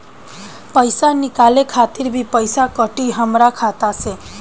पईसा निकाले खातिर भी पईसा कटी हमरा खाता से?